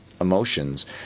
emotions